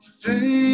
say